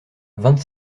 vingt